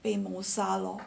被谋杀咯